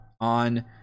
on